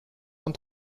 und